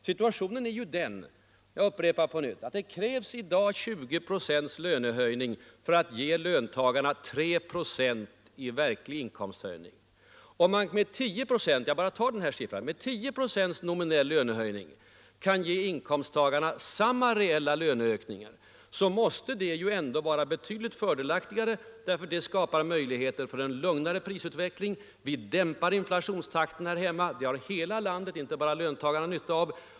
Situationen är den — jag upprepar det — att det i dag krävs 20 procents lönehöjning för att ge löntagarna 3 procent i verklig inkomstökning. Om man med 10 procents nominell lönehöjning — jag tar den siffran som exempel — kan ge inkomsttagarna samma reella löneökningar, måste det ändå vara betydligt fördelaktigare. Det skapar möjligheter till en lugnare prisutveckling. Vi dämpar inflationstakten här hemma. Det har hela landet, inte bara löntagarna, nytta av.